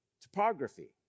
Topography